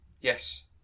yes